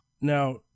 Now